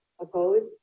Opposed